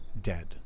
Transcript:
dead